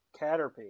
Caterpie